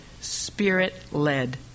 spirit-led